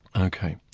ok.